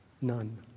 None